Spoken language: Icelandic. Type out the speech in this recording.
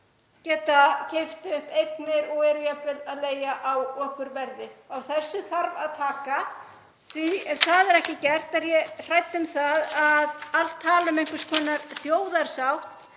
geta keypt upp eignir og eru jafnvel að leigja á okurverði. Á þessu þarf að taka því ef það er ekki gert er ég hrædd um að allt tal um einhvers konar þjóðarsátt